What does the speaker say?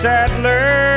Sadler